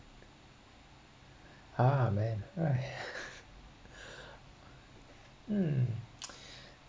!huh! man right um